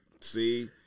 see